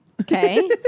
Okay